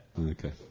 Okay